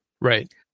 Right